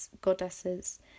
goddesses